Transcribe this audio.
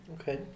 Okay